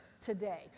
today